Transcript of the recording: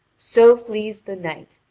so flees the knight,